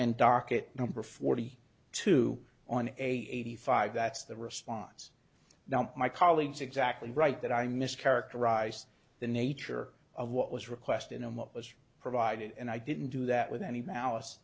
and docket number forty two on eighty five that's the response now my colleague's exactly right that i mischaracterized the nature of what was requested and what was provided and i didn't do that with any malice